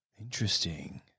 interesting